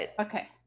okay